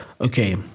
Okay